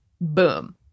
Boom